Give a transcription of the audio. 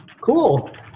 cool